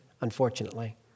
unfortunately